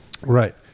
Right